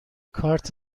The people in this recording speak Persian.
کارت